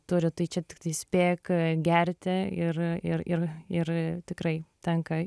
turi tai čia tiktai spėk gerti ir ir ir ir tikrai tenka